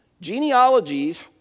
genealogies